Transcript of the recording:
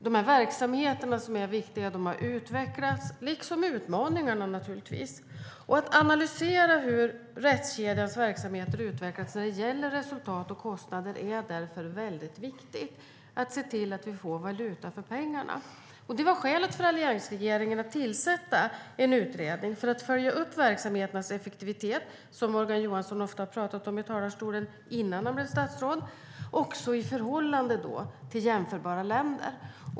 De här viktiga verksamheterna har utvecklats, liksom utmaningarna. Att analysera hur rättskedjans verksamheter har utvecklats när det gäller resultat och kostnader är därför viktigt. Vi måste se till att vi får valuta för pengarna. Alliansregeringen tillsatte en utredning för att följa upp verksamheternas effektivitet, som Morgan Johansson ofta talade om i talarstolen innan han blev statsråd. Det skulle också göras i förhållande till jämförbara länder.